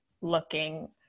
looking